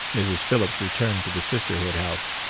mrs. phillips returned to the sisterhood house.